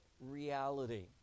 reality